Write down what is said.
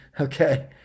Okay